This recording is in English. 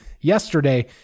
yesterday